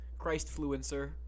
Christfluencer